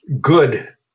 good